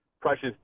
precious